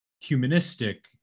humanistic